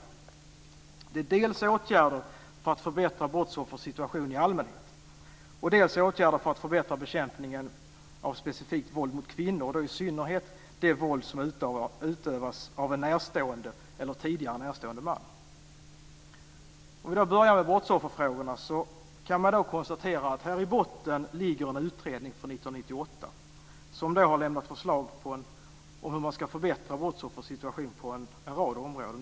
Det är dels åtgärder för att förbättra brottsoffers situation i allmänhet, dels åtgärder för att förbättra bekämpningen av specifikt våld mot kvinnor och då i synnerhet det våld som utövas av en närstående eller tidigare närstående man. Låt mig börja med brottsofferfrågorna. Här kan man konstatera att i botten ligger en utredning från 1998 som har lämnat förslag om hur man ska förbättra brottsoffers situation på en rad områden.